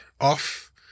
off